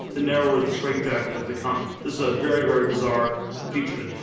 the narrower the straight jacket has become. this is a very, very bizarre feature of it.